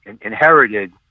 inherited